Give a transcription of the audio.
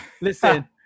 listen